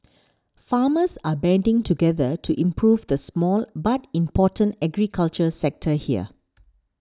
farmers are banding together to improve the small but important agriculture sector here